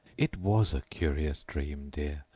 it was a curious dream, dear,